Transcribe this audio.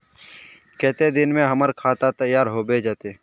केते दिन में हमर खाता तैयार होबे जते?